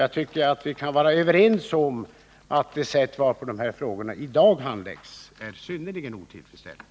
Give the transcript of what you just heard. Jag tycker att vi kan vara överens om att det sätt varpå de här frågorna i dag handläggs är synnerligen otillfredsställande.